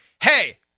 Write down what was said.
hey